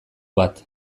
bat